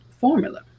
formula